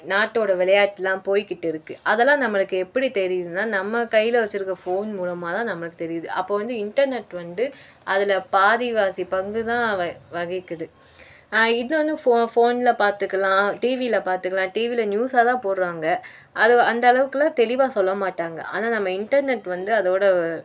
நாட்டோடய விளையாட்டுலாம் போய்க்கிட்டு இருக்குது அதெலாம் நம்மளுக்கு எப்படி தெரியுதுனால் நம்ம கையில வச்சிருக்க ஃபோன் மூலமாக தான் நமக்கு தெரியுது அப்போ வந்து இன்டர்நெட் வந்து அதில் பாதிவாசி பங்கு தான் வ வகிக்குது இன்னோன்னு ஃபோ ஃபோன்ல பார்த்துக்கலாம் டிவியில பார்த்துக்கலாம் டிவியில நியூஸ்ஸா தான் போடுறாங்க அது அந்த அளவுக்கெலாம் தெளிவாக சொல்லமாட்டாங்கள் ஆனால் நம்ம இன்டர்நெட் வந்து அதோடய